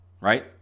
right